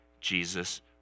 Jesus